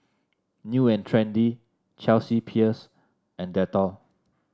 New And Trendy Chelsea Peers and Dettol